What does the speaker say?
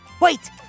Wait